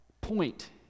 point